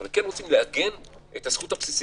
אבל כן רוצים לעגן את הזכות הבסיסית.